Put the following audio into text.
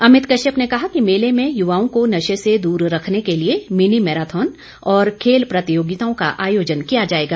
अमित कश्यप ने कहा कि मेले में युवाओं को नशे से दूर रखने के लिए मिनी मैराथन और खेल प्रतियागिताओं का आयोजन किया जाएगा